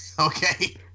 Okay